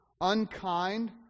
unkind